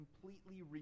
completely